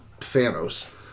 Thanos